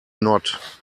not